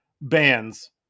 Bands